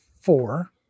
four